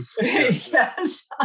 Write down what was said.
Yes